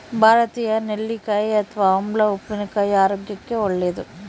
ಭಾರತೀಯ ನೆಲ್ಲಿಕಾಯಿ ಅಥವಾ ಆಮ್ಲ ಉಪ್ಪಿನಕಾಯಿ ಆರೋಗ್ಯಕ್ಕೆ ಒಳ್ಳೇದು